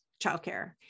childcare